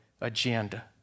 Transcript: agenda